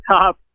top